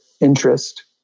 interest